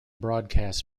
broadcasts